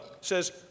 says